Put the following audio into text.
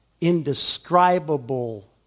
indescribable